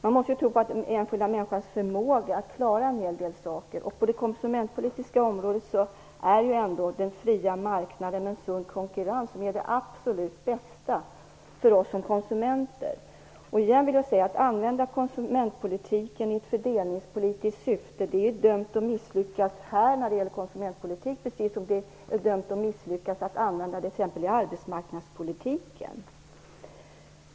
Man måste tro på den enskilda människans förmåga att klara en hel del saker. På det konsumentpolitiska området är ju ändå den fria marknaden med en sund konkurrens det absolut bästa för oss som konsumenter. Igen vill jag säga: Att använda konsumentpolitiken i ett fördelningspolitiskt syfte är dömt att misslyckas, precis som det är dömt att misslyckas att använda den t.ex. i arbetsmarknadspolitiken.